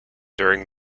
during